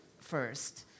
first